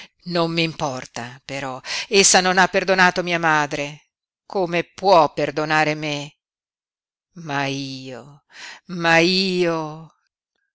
noemi non m'importa però essa non ha perdonato mia madre come può perdonare me ma io ma io